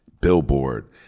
billboard